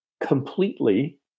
completely